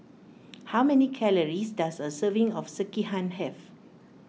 how many calories does a serving of Sekihan have